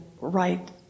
right